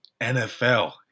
nfl